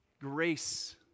grace